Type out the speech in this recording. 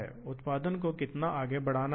इसलिए आपको इस रास्ते पर जाना होगा